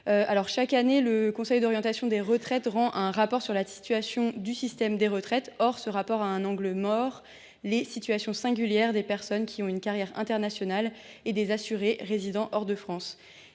Chaque année, le Conseil d’orientation des retraites rend un rapport sur la situation du système de retraite. Or ce rapport a des angles morts : la situation singulière des personnes qui ont une carrière internationale et celle des assurés résidant hors de France,